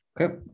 okay